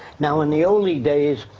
now, in the early days,